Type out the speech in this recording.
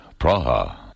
Praha